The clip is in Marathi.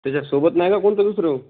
त्याच्या सोबत नाही का कोणतं दुसरं अहो